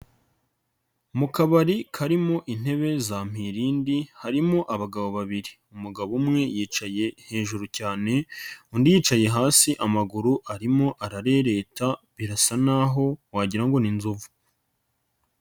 Mu kabari karimo intebe za mpa irindi harimo abagabo babiri, umugabo umwe yicaye hejuru cyane, undi yicaye hasi amaguru arimo ararereta birasa n'aho wagiran go ni nzovu.